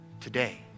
Today